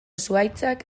zuhaitzak